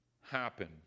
happen